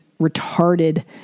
retarded